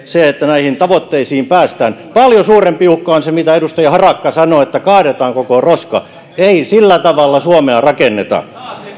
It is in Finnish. se että näihin tavoitteisiin päästään paljon suurempi uhka on se mitä edustaja harakka sanoi että kaadetaan koko roska ei sillä tavalla suomea rakenneta